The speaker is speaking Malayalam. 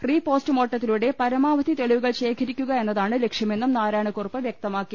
റീപോസ്റ്റുമോർട്ടത്തിലൂടെ പരമാവധി തെളിവുകൾ ശേഖരിക്കുക എന്നതാണ് ലക്ഷ്യമെന്നും നാരാ യണക്കുറുപ്പ് വ്യക്തമാക്കി